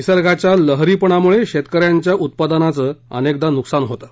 निसर्गाच्या लहरीपणामुळे शेतकऱ्यांच्या उत्पादनाचं अनेकदा नुकसान होतं